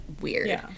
weird